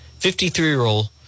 53-year-old